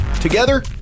Together